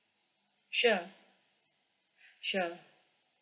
sure sure